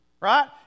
Right